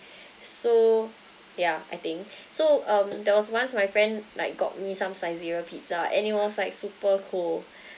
so yeah I think so um there was once my friend like got me some saizeriya pizza and it was like super cold